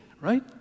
Right